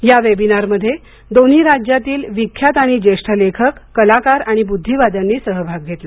या वेबिनारमध्ये दोन्ही राज्यातील विख्यात आणि ज्येष्ठ लेखक कलाकार आणि बुद्धिवाद्यांनी सहभाग घेतला